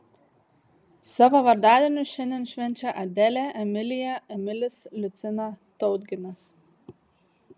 savo vardadienius šiandien švenčia adelė emilija emilis liucina tautginas